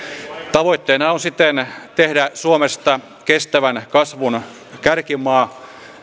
tavoitteena on siten tehdä suomesta kestävän kasvun kärkimaa